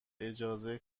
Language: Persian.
اجازه